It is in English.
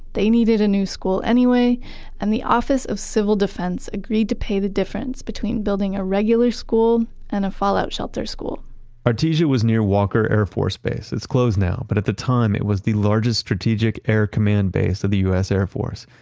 they needed a new school anyway and the office of civil defense agreed to pay the difference between building a regular school and a fallout shelter school artesia was near walker air force base. it's closed now but that the time, it was the largest strategic air command base of the us air force.